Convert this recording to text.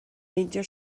meindio